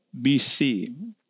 BC